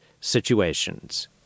situations